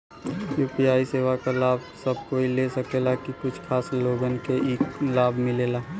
UPI सेवा क लाभ सब कोई ले सकेला की कुछ खास लोगन के ई लाभ मिलेला?